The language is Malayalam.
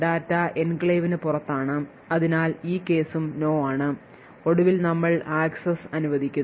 ഡാറ്റ എൻക്ലേവിന് പുറത്താണ് അതിനാൽ ഈ കേസും No ആണ് ഒടുവിൽ നമ്മൾ ആക്സസ് അനുവദിക്കുന്നു